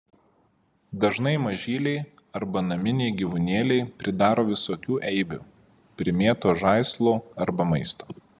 dažnai mažyliai arba naminiai gyvūnėliai pridaro visokių eibių primėto žaislų arba maisto